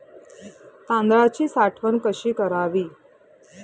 तांदळाची साठवण कशी करावी?